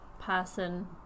person